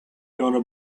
gonna